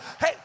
Hey